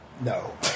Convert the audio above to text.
no